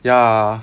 ya